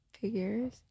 figures